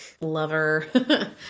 lover